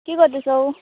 के गर्दैछौ